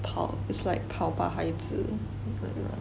跑 it's like 跑吧孩子